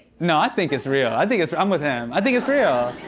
no, i think it's real, i think it's real. i'm with him. i think it's real.